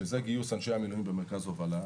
שזה גיוס אנשי המילואים במרכז הובלה.